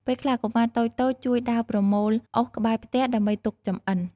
ពេលខ្លះកុមារតូចៗជួយដើរប្រមូលអុសក្បែរផ្ទះ ដើម្បីទុកចម្អិន។